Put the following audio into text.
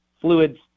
fluids